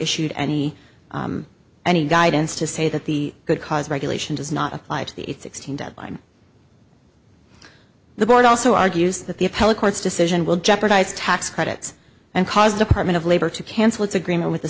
issued any any guidance to say that the good cause of regulation does not apply to the sixteen deadline the board also argues that the appellate court's decision will jeopardize tax credits and cause department of labor to cancel its agreement with the